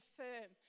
firm